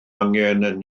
angen